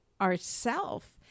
ourself